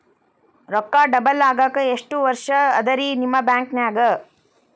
ರೊಕ್ಕ ಡಬಲ್ ಆಗಾಕ ಎಷ್ಟ ವರ್ಷಾ ಅದ ರಿ ನಿಮ್ಮ ಬ್ಯಾಂಕಿನ್ಯಾಗ?